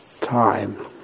time